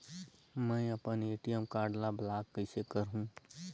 मै अपन ATM card ल ब्लाक कइसे करहूं?